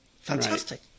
Fantastic